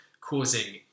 causing